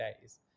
days